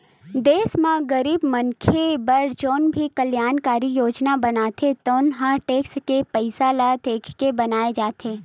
देस म गरीब मनखे बर जउन भी कल्यानकारी योजना बनथे तउन ह टेक्स के पइसा ल देखके बनाए जाथे